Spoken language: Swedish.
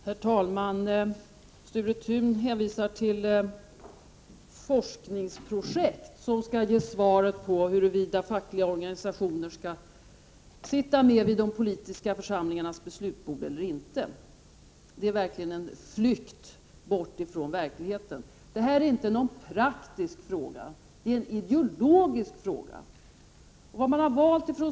Herr talman! Sture Thun hänvisar till forskningsprojekt och säger att dessa skall ge svar på huruvida fackliga organisationer skall sitta med vid de politiska församlingarnas beslutsbord eller inte. Det är verkligen en flykt från verkligheten. Det här är inte någon praktisk fråga, det är en ideologisk fråga.